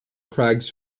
crags